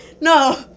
no